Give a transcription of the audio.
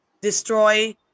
destroy